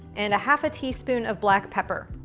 and a half a teaspoon of black pepper.